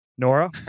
Nora